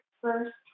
first